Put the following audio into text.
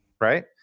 right